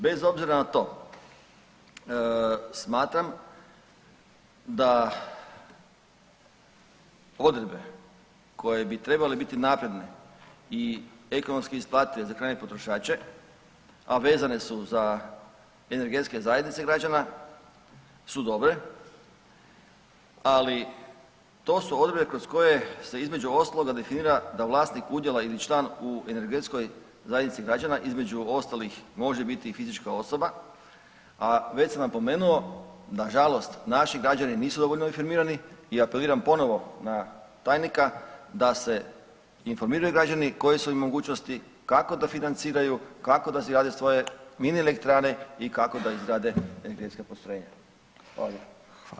Bez obzira na to smatram da odredbe koje bi trebale biti napredne i ekonomski isplative za krajnje potrošače, a vezane su za energetske zajednice građana su dobre, ali to su odredbe kroz koje se između ostalog definira da vlasnik udjela ili član u energetskoj zajednici građana između ostalih može biti i fizička osoba, a već sam napomenuo nažalost naši građani nisu dovoljno informirani i apeliramo ponovo na tajnika da se informiraju građani koje su im mogućnosti, kako da financiranju, kako da si grade svoje mini elektrane i kako da izgrade energetska postrojenja.